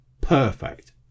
Perfect